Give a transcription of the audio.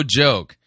joke